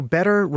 Better